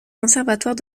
conservatoire